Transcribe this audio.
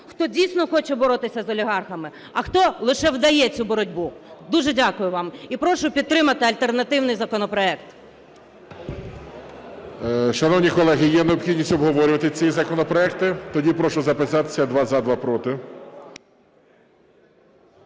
хто дійсно хоче боротися з олігархами, а хто лише вдає цю боротьбу. Дуже дякую вам і прошу підтримати альтернативний законопроект.